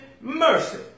mercy